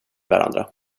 varandra